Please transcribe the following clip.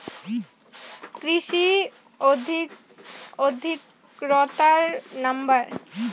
কৃষি অধিকর্তার নাম্বার?